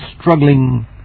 struggling